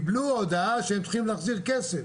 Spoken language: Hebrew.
הודעה שהם צריכים להחזיר כסף.